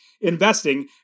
investing